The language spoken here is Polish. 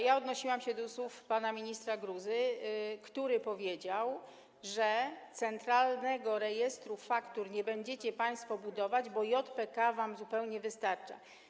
Ja odnosiłam się do słów pana ministra Gruzy, który powiedział, że centralnego rejestru faktur nie będziecie państwo budować, bo JPK wam zupełnie wystarcza.